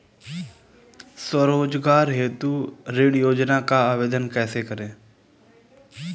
स्वरोजगार हेतु ऋण योजना का आवेदन कैसे करें?